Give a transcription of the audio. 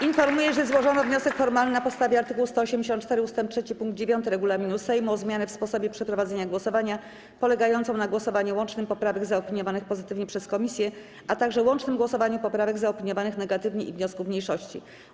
Informuję, że złożono wniosek formalny na podstawie art. 184 ust. 3 pkt 9 regulaminu Sejmu o zmianę sposobu przeprowadzenia głosowania polegającą na głosowaniu łącznym nad poprawkami zaopiniowanymi pozytywnie przez komisję, a także łącznym głosowaniu nad poprawkami zaopiniowanymi negatywnie i wnioskami mniejszości.